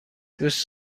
دوست